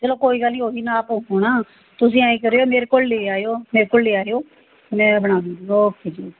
ਚੱਲੋ ਕੋਈ ਗੱਲ ਨਹੀਂ ਉਹੀ ਨਾਪ ਹੋਣਾ ਤੁਸੀਂ ਐਂ ਕਰਿਓ ਮੇਰੇ ਕੋਲ ਲੈ ਆਇਓ ਮੇਰੇ ਕੋਲ ਲੈ ਆਇਓ ਮੈਂ ਬਣਾ ਦੂੰਗੀ ਓਕੇ ਜੀ ਓਕੇ